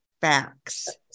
facts